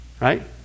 right